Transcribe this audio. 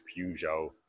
Peugeot